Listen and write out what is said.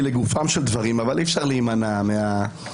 לגופם של דברים אבל אי אפשר להימנע מהעיתוי,